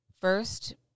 First